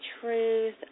truth